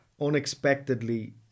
unexpectedly